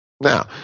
Now